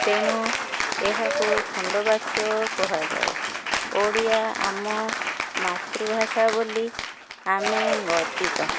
ତେଣୁ ଏହାକୁ ଖଣ୍ଡବାକ୍ୟ କୁହାଯାଏ ଓଡ଼ିଆ ଆମ ମାତୃଭାଷା ବୋଲି ଆମେ ଗର୍ବିତ